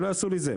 שלא יעשו לי זה,